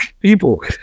people